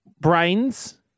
brains